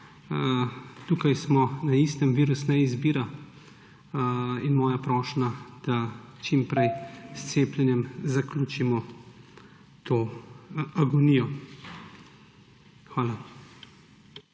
tukaj smo na istem, virus ne izbira. In moja prošnja, da čim prej s cepljenjem zaključimo to agonijo. Hvala.